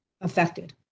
affected